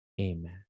Amen